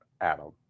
adam